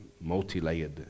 multi-layered